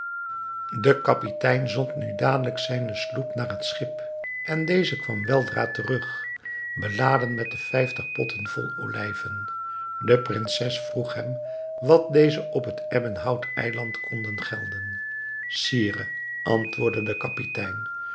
de kapitein zond nu dadelijk zijne sloep naar het schip en deze kwam weldra terug beladen met de vijftig potten vol olijven de prinses vroeg hem wat deze op het ebbenhout eiland konden gelden sire antwoordde de kapitein